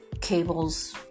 cables